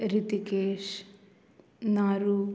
Ritikesh Naru